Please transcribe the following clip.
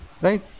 Right